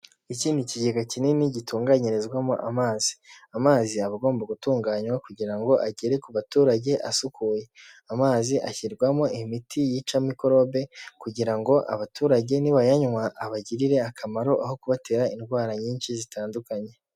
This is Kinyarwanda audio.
Iki ni ikigega kinini gitunganyirizwamo amazi. Amazi aba agomba gutunganywa, kugira ngo agere ku baturage asukuye. Amazi ashyirwamo imiti yica mikorobe, kugira ngo abaturage nibayanywa, abagirire akamaro, aho kubatera indwara nyinshi zitandukanye.